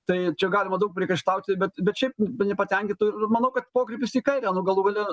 tai čia galima daug priekaištauti bet bet šiaip nepatenkintų manau kad pokrypis į kairę nu galų gale